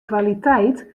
kwaliteit